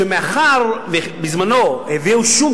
שמאחר שבזמנו הביאו שום,